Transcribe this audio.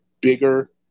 bigger